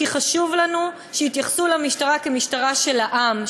כי חשוב לנו שיתייחסו למשטרה כמשטרה של העם,